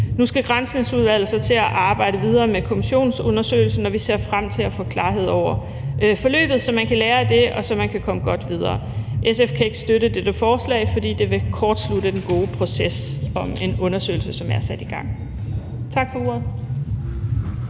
Nu skal Granskningsudvalget så til at arbejde videre med kommissionsundersøgelsen, og vi ser frem til at få klarhed over forløbet, så man kan lære af det, og så man kan komme godt videre. SF kan ikke støtte dette forslag, fordi det vil kortslutte den gode proces med en undersøgelse, som er sat i gang. Tak for ordet.